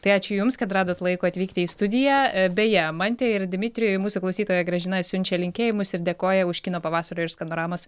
tai ačiū jums kad radot laiko atvykti į studiją beje mantei ir dmitrijui mūsų klausytoja gražina siunčia linkėjimus ir dėkoja už kino pavasario ir skanoramos